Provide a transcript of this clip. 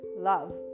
love